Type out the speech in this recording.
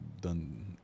done